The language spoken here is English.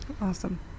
Awesome